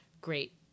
great